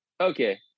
okay